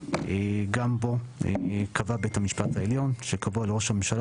גם בו קבע בית המשפט העליון שקבוע לראש הממשלה